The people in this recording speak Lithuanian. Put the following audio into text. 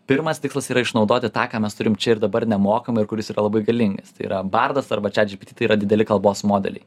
pirmas tikslas yra išnaudoti tą ką mes turim čia ir dabar nemokamai ir kuris yra labai galingas tai yra bardas arba čiat dipiti tai yra dideli kalbos modeliai